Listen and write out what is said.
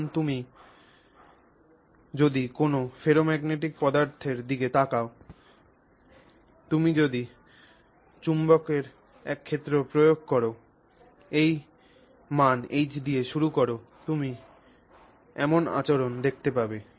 এখন তুমি যদি কোনও ফেরোম্যাগনেটিক পদার্থের দিকে তাকাও তুমি যদি এই চৌম্বকীয় ক্ষেত্রটি প্রয়োগ কর এই মান H দিয়ে শুরু কর তুমি এমন আচরণই দেখতে পাবে